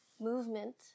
movement